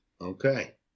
Okay